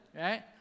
right